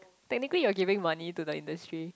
technically you're giving money to the industry